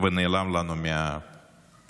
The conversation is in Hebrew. ונעלם לנו מהרדאר.